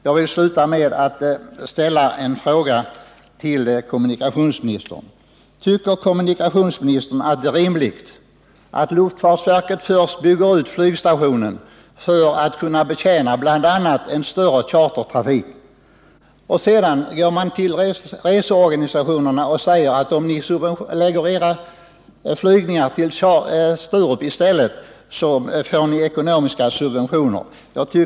Jag vill sluta med att ställa en fråga till kommunikationsministern: Tycker kommunikationsministern att det är rimligt att luftfartsverket först bygger ut flygstationen för att bl.a. möjliggöra en större chartertrafik, varefter man går till reseorganisationerna och säger att om de förlägger sina flygningar till Sturup får de ekonomiska subventioner?